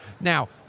Now